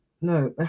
No